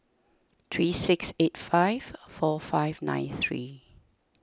three six eight five four five nine three